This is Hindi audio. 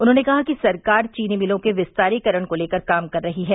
उन्होंने कहा कि सरकार चीनी मिलों के विस्तारीकरण को लेकर काम कर रही है